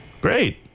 Great